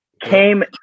Came